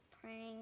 praying